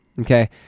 Okay